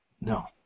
No